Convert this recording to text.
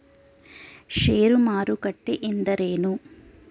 ಷೇರು ಮಾರುಕಟ್ಟೆ ಎಂದರೇನು?